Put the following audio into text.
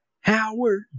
Howard